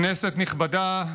כנסת נכבדה,